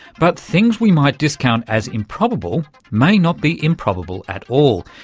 but things we might discount as improbable may not be improbable at all.